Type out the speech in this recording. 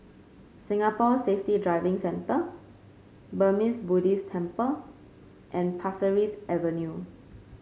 Singapore Safety Driving Centre Burmese Buddhist Temple and Pasir Ris Avenue